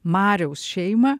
mariaus šeimą